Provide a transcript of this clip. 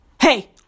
Hey